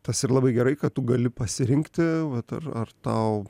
tas ir labai gerai kad tu gali pasirinkti vat ar ar tau